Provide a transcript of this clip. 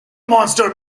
monster